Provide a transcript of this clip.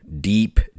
deep